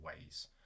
ways